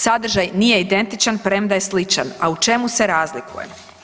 Sadržaj nije identičan premda je sličan, a u čemu se razlikuje?